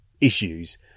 issues